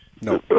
No